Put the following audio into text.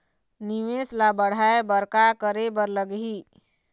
निवेश ला बढ़ाय बर का करे बर लगही?